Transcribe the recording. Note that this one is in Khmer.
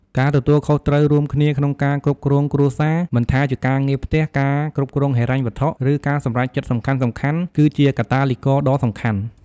ការទទួលខុសត្រូវរួមគ្នាក្នុងការគ្រប់គ្រងគ្រួសារ មិនថាជាការងារផ្ទះ ការគ្រប់គ្រងហិរញ្ញវត្ថុ ឬការសម្រេចចិត្តសំខាន់ៗ គឺជាកាតាលីករដ៏សំខាន់។